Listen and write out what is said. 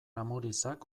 amurizak